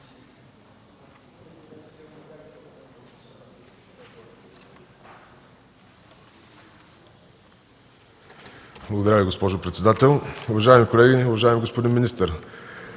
Благодаря Ви, госпожо председател. Уважаеми колеги, уважаеми господин министър!